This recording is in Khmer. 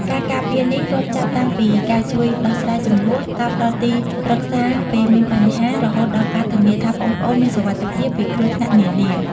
ការការពារនេះរាប់ចាប់តាំងពីការជួយដោះស្រាយជម្លោះ ការផ្ដល់ទីប្រឹក្សាពេលមានបញ្ហា រហូតដល់ការធានាថាប្អូនៗមានសុវត្ថិភាពពីគ្រោះថ្នាក់នានា។